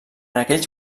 aquells